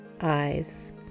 eyes